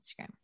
Instagram